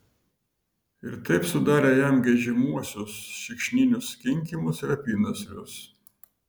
ir taip sudarė jam geidžiamuosius šikšninius kinkymus ir apynasrius